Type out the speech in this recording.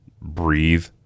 breathe